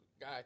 guy